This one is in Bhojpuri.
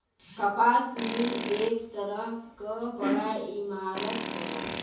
कपास मिल एक तरह क बड़ा इमारत होला